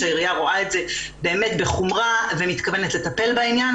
שהעירייה רואה את זה בחומרה ומתכוונת לטפל בעניין,